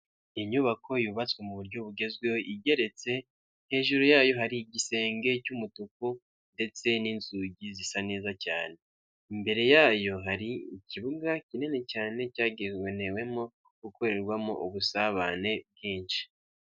Inyubako yubatswe mu buryo bugezweho igeretse hejuru yayo hari igisenge cy'umutuku ndetse n'inzugi zisa neza cyane, imbere yayo hari ikibuga kinini cyane cyagenewemo gukorerwamo ubusabane bwinshi.